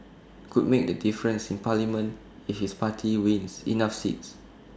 could make the difference in parliament if his party wins enough seats